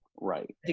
Right